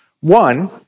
One